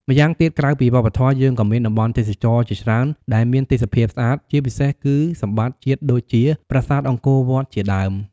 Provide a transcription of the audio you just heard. ម្យ៉ាងទៀតក្រៅពីវប្បធម៌ យើងក៏មានតំបន់ទេសចរណ៍ជាច្រើនដែលមានទេសភាពស្អាត ជាពិសេសគឺសម្បត្តិជាតិដូចជាប្រាសាទអង្គរវត្តជាដើម។